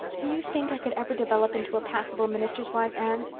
do you think i could ever develop into a passable minister's wife, anne?